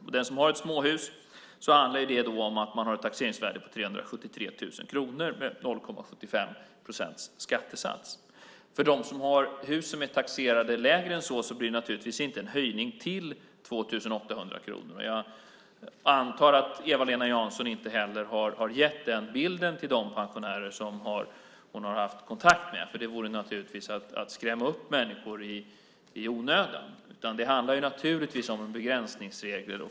För den som har ett småhus handlar det om att man har ett taxeringsvärde på 373 000 kronor med 0,75 procents skattesats. För dem som har hus som är taxerade lägre än så blir det naturligtvis inte en höjning till 2 800 kronor. Jag antar att Eva-Lena Jansson inte heller har gett den bilden till de pensionärer som hon har haft kontakt med. Det vore att skrämma upp människor i onödan. Det handlar naturligtvis om en begränsningsregel.